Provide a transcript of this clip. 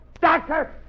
doctor